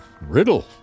riddle